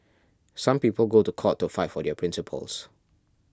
some people go to court to fight for their principles